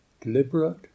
deliberate